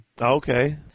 Okay